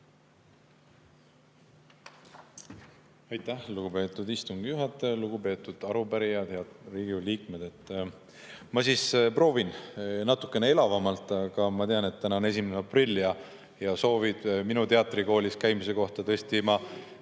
Aitäh, lugupeetud istungi juhataja! Lugupeetud arupärijad! Head Riigikogu liikmed! Ma siis proovin natukene elavamalt, aga ma tean, et täna on 1. aprill, ja minu teatrikoolis käimise kohta tõesti ma